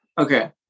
Okay